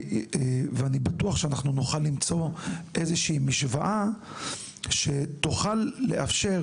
ואני בטוח שאנחנו נוכל למצוא איזושהי משוואה שתוכל לאפשר